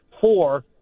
four